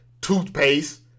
toothpaste